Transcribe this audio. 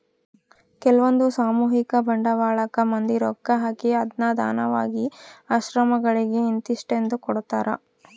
ಕೆಲ್ವಂದು ಸಾಮೂಹಿಕ ಬಂಡವಾಳಕ್ಕ ಮಂದಿ ರೊಕ್ಕ ಹಾಕಿ ಅದ್ನ ದಾನವಾಗಿ ಆಶ್ರಮಗಳಿಗೆ ಇಂತಿಸ್ಟೆಂದು ಕೊಡ್ತರಾ